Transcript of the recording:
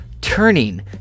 Turning